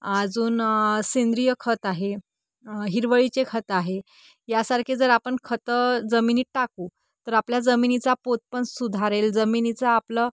अजून सेंद्रिय खत आहे हिरवळीचे खत आहे यासारखे जर आपण खतं जमिनीत टाकू तर आपल्या जमिनीचा पोत पण सुधारेल जमिनीचा आपलं